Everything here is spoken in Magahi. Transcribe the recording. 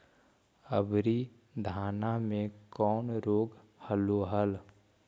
अबरि धाना मे कौन रोग हलो हल?